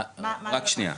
רק שניה.